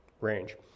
range